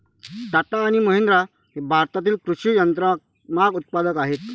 टाटा आणि महिंद्रा हे भारतातील कृषी यंत्रमाग उत्पादक आहेत